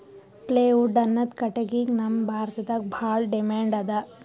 plywood ಅನ್ನದ್ ಕಟ್ಟಗಿಗ್ ನಮ್ ಭಾರತದಾಗ್ ಭಾಳ್ ಡಿಮ್ಯಾಂಡ್ ಅದಾ